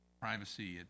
privacy